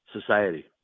society